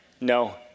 No